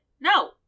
no